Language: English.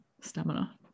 stamina